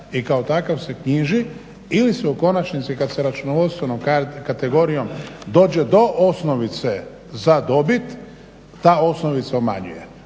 i kao takav se knjiži ili se u konačnici kad se računovodstveno kategorijom dođe do osnovice za dobit ta osnovica umanjuje.